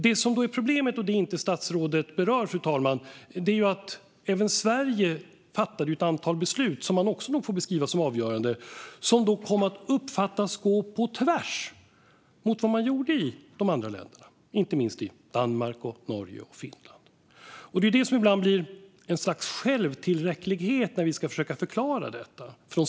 Det som är problemet, som statsrådet inte berör, fru talman, är att även Sverige fattade ett antal beslut som man nog också får beskriva som avgörande och som kom att uppfattas gå på tvärs mot vad man gjorde i de andra länderna, inte minst i Danmark, Norge och Finland. Det blir ibland ett slags självtillräcklighet från svensk sida när vi ska försöka förklara detta.